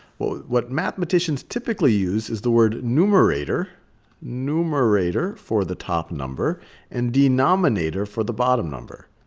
what mathematicians typically use is the word numerator numerator for the top number and denominator for the bottom number.